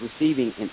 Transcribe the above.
receiving